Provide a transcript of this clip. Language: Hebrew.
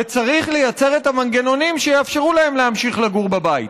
וצריך לייצר את המנגנונים שיאפשרו להם להמשיך לגור בבית.